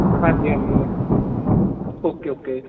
ਹਾਂਜੀ ਹਾਂਜੀ okay okay